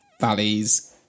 Valleys